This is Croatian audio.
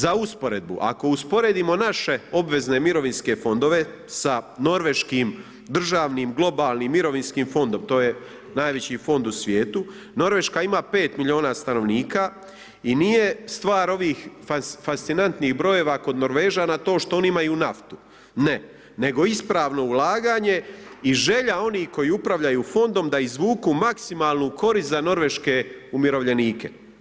Za usporedbu, ako usporedimo naše obvezne mirovinske fondove sa norveškim državnim globalnim mirovinskim fondom, to je najveći fond u svijetu, Norveška ima 5 milijuna stanovnika i nije stvar ovih fascinantnih brojeva kod Norvežana to što oni imaju naftu, ne, nego ispravno ulaganje i želja onih koji upravljaju fondom da izvuku maksimalnu korist za norveške umirovljenike.